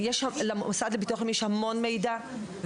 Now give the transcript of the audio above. למוסד לביטוח לאומי יש המון מידע.